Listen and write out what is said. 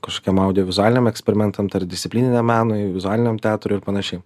kažkokiem audiovizualiniam eksperimentam tarpdisciplininiam menui vizualiniam teatrui ir panašiai